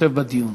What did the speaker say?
להשתתף בדיון.